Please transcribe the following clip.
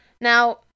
Now